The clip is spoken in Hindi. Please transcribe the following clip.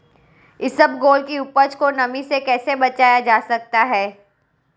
इसबगोल की उपज को नमी से कैसे बचाया जा सकता है?